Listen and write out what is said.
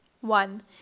One